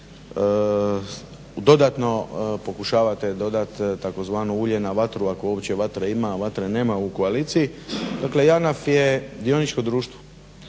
dodatno pokušavate dodat tzv. ulje na vatru ako uopće vatre ima, a vatre nema u koaliciji. Dakle JANAF je dioničko društvo.